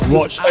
Watch